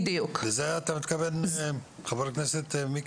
לזה אתה מתכוון, חבר הכנסת זוהר?